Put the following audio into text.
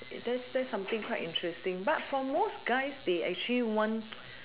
that's that's something quite interesting but for most guys they actually want